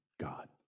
God